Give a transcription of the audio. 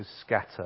scatter